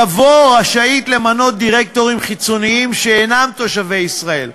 יבוא: רשאית למנות דירקטורים חיצוניים שאינם תושבי ישראל.